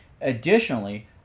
Additionally